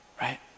Right